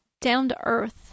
down-to-earth